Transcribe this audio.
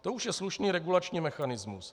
To už je slušný regulační mechanismus.